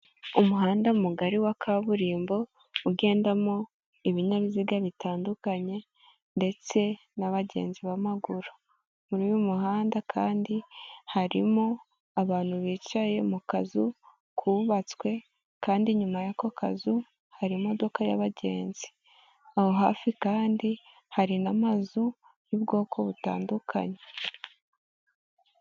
Umuhanda mugari wa kaburimbo ugendamo ibinyabiziga bitandukanye ndetse n'abagenzi b'amaguru, muri uyu muhanda kandi harimo abantu bicaye mu kazu kubabatswe kandi nyuma y'ako kazu hari imodoka y'abagenzi, aho hafi kandi hari n'amazu y'ubwoko butandukanye.